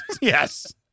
Yes